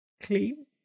clean